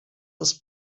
ist